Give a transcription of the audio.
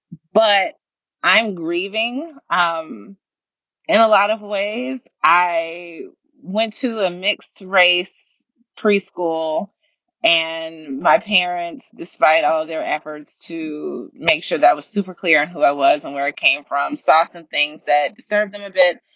but i'm grieving um and a lot of ways i went to a mixed race preschool and my parents, despite all their efforts to make sure that was super clear on who i was and where i came from, saw some things that serve them a bit.